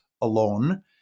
alone